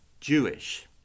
Jewish